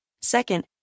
Second